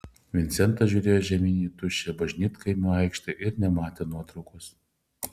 vincentas žiūrėjo žemyn į tuščią bažnytkaimio aikštę ir nematė nuotraukos